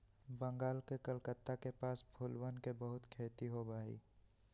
बंगाल के कलकत्ता के पास फूलवन के बहुत खेती होबा हई